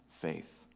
faith